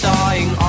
dying